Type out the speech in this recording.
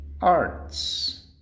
arts